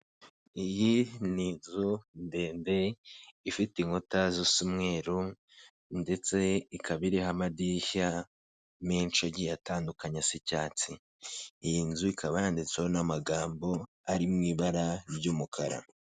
Iyi ni inzu ndende ifite inkuta zisa umweru ndetse ikaba iriho amadirishya menshi agiye atandukanya asa icyatsi, iyi nzu ikaba yanditseho n'amagambo ari mu ibara ry'umukara.